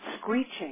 screeching